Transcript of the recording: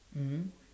mmhmm